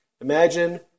Imagine